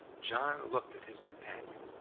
john looked at his companion.